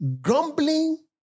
grumbling